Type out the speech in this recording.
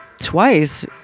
twice